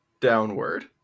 downward